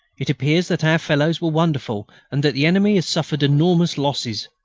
it appears that our fellows were wonderful, and that the enemy has suffered enormous losses.